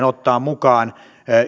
ottaa mukaan